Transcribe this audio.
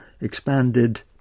expanded